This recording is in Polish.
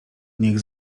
niech